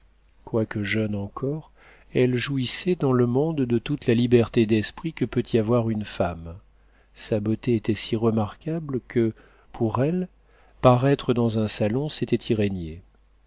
quoique jeune encore elle jouissait dans le monde de toute la liberté d'esprit que peut y avoir une femme sa beauté était si remarquable que pour elle paraître dans un salon c'était